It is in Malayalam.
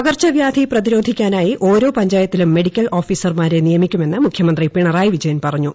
പകർച്ചവ്യൂാധി പ്രതിരോധിക്കാനായി ഓരോ പഞ്ചായത്തിലും മെഡിക്കൽ ഓഫീസർമാരെ നിയമിക്കുമെന്ന് മുഖ്യമന്ത്രി പിണറായി വിജയൻ പറഞ്ഞു